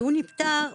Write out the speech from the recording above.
נפטר,